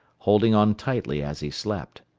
holding on tightly as he slept.